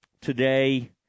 today –